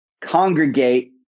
congregate